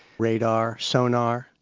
radar, sonar,